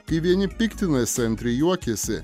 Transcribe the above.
kai vieni piktinasi antri juokiasi